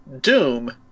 Doom